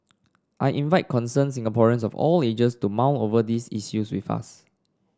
I invite concerned Singaporeans of all ages to mull over these issues with us